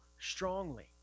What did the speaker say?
strongly